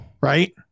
Right